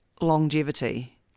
Longevity